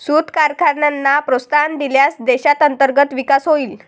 सूत कारखान्यांना प्रोत्साहन दिल्यास देशात अंतर्गत विकास होईल